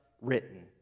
written